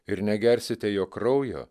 ir negersite jo kraujo